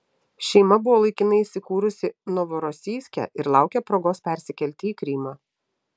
šeima buvo laikinai įsikūrusi novorosijske ir laukė progos persikelti į krymą